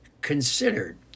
considered